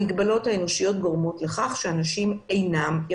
המגבלות האנושיות גורמות לכך שאדם לא